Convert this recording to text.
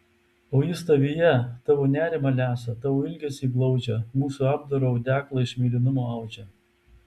o jis tavyje tavo nerimą lesa tavo ilgesį glaudžia mūsų apdaro audeklą iš mėlynumo audžia